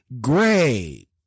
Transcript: Great